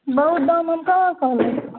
बहुत दाम हम कहाँ कहलहुँ